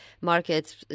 markets